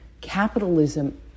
Capitalism